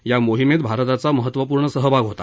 या मोहिमेत भारताचा महत्त्वपूर्ण सहभाग होता